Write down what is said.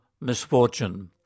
misfortune